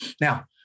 Now